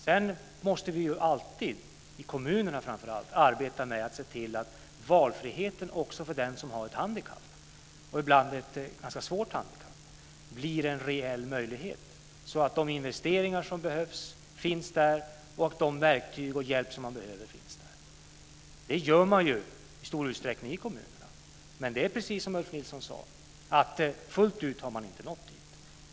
Sedan måste vi alltid, framför allt i kommunerna, arbeta för att valfriheten också för den som har ett handikapp, ibland ett ganska svårt handikapp, ska bli en reell möjlighet, så att de investeringar som behövs finns där och de verktyg och den hjälp man behöver finns där. Det gör man i stor utsträckning i kommunerna. Men det är precis som Ulf Nilsson sade: Fullt ut har man inte nått dit.